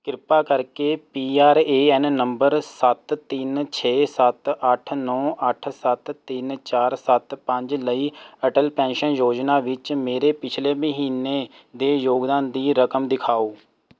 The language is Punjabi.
ਕਿਰਪਾ ਕਰਕੇ P R A N number ਸੱਤ ਤਿੰਨ ਛੇ ਸੱਤ ਅੱਠ ਨੌ ਅੱਠ ਸੱਤ ਤਿੰਨ ਚਾਰ ਸੱਤ ਪੰਜ ਲਈ ਅਟਲ ਪੈਨਸ਼ਨ ਯੋਜਨਾ ਵਿੱਚ ਮੇਰੇ ਪਿਛਲੇ ਮਹੀਨੇ ਦੇ ਯੋਗਦਾਨ ਦੀ ਰਕਮ ਦਿਖਾਉ